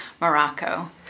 Morocco